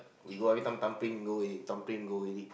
we go everytime thumbprint go already thumbprint go already